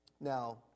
Now